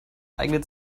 eignet